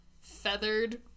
feathered